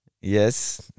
yes